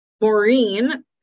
Maureen